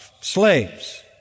Slaves